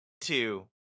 two